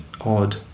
odd